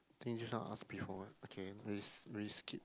think just now ask before ah okay we'll just we'll just skip